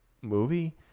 movie